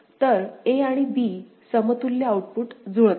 तर a आणि b समतुल्य आउटपुट जुळत आहेत